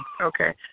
okay